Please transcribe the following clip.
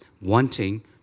wanting